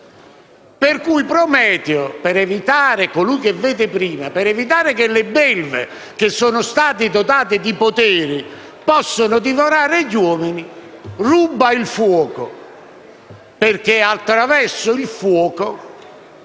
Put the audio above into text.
vede prima), per evitare che le belve che sono state dotate di poteri possano divorare gli uomini, ruba il fuoco, perché attraverso il fuoco